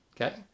Okay